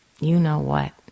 you-know-what